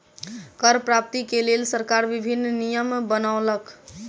कर प्राप्ति के लेल सरकार विभिन्न नियम बनौलक